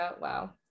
Wow